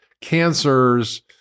cancers